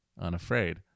unafraid